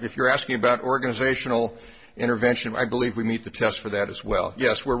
if you're asking about organizational intervention i believe we need to test for that as well yes we're